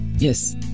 Yes